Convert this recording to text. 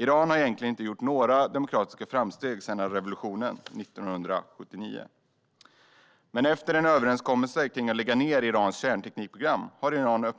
Iran har egentligen inte gjort några demokratiska framsteg sedan revolutionen 1979, men efter överenskommelsen om att lägga ned Irans kärnteknikprogram har landet,